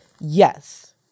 Yes